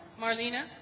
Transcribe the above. Marlena